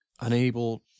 Unable